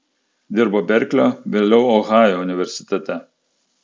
dirbo berklio vėliau ohajo universitete